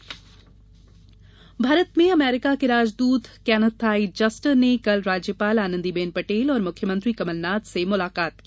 राजदूत मुलाकात भारत में अमेरिका के राजदूत कैनेथ आई जस्टर ने कल राज्यपाल आनंदीबेन पटेल और मुख्यमंत्री कमलनाथ से मुलाकात की